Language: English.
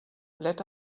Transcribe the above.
let